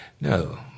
no